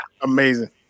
Amazing